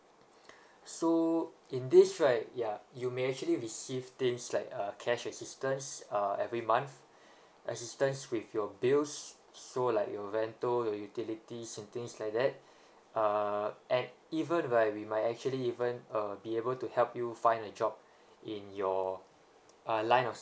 so in this right ya you may actually receive things like uh cash assistance uh every month assistance with your bills so like your rental your utilities and things like that uh and even right we might actually even uh be able to help you find a job in your uh line of